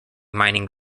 mining